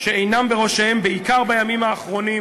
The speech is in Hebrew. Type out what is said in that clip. שעיניהם בראשם, בעיקר בימים האחרונים,